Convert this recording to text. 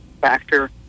factor